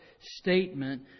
statement